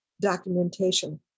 documentation